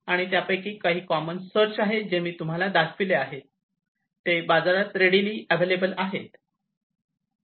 आणि हे त्यापैकी काही कॉमन सर्च आहे जे मी तुम्हाला दाखविलेले आहे ते बाजारात रेडीली अवेलेबल आहेत